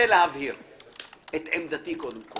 להבהיר את עמדתי.